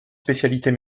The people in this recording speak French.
spécialités